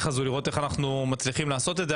על מנת לראות איך מצליחים לעשות את זה,